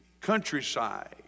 countryside